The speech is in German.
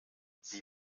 sie